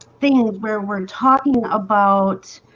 thing where we're talking about